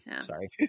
sorry